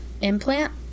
implant